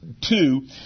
two